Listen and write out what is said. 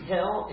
Hell